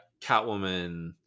Catwoman